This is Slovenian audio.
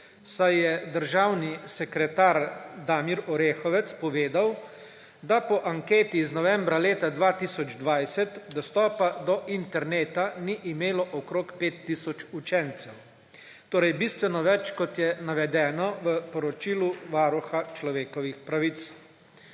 saj je državni sekretar Damir Orehovec povedal, da po anketi iz novembra leta 2020 dostopa do interneta ni imelo okrog 5 tisoč učencev. Torej bistveno več, kot je navedeno v poročilu Varuha človekovih pravic.